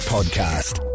Podcast